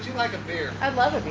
like a beer. i'd love a beer.